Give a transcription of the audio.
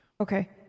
Okay